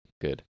Good